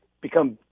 become